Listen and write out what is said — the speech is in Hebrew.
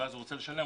רוצה לשלם,